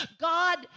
God